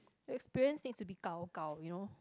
experience needs to be gao gao you know